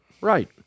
Right